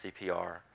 CPR